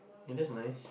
you just nice